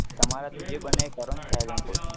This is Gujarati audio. તમારાથી જે બને એ કરો ને સાહેબ એમ કહું છું